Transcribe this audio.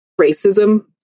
racism